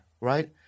right